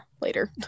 later